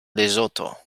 lesotho